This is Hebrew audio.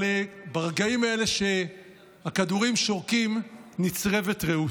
אבל ברגעים האלה שהכדורים שורקים, נצרבת רעות.